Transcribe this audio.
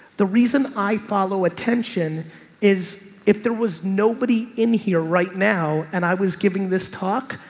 the reason i follow attention is if there was nobody in here right now and i was giving this talk,